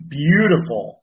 beautiful